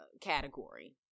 category